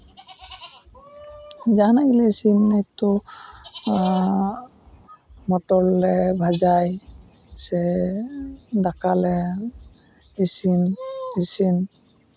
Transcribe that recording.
ᱡᱟᱦᱟᱱᱟᱜ ᱜᱮ ᱥᱤᱢ ᱩᱛᱩ ᱢᱚᱴᱚᱨ ᱞᱮ ᱵᱷᱟᱡᱟᱭ ᱥᱮ ᱫᱟᱠᱟ ᱞᱮ ᱤᱥᱤᱱ ᱤᱥᱤᱱ